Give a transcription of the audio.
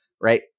right